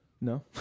No